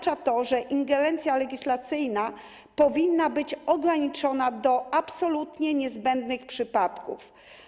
Oznacza to, że ingerencja legislacyjna powinna być ograniczona do absolutnie niezbędnych przypadków.